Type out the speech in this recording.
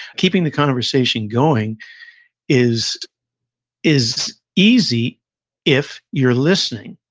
keeping the conversation going is is easy if you're listening.